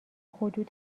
حدود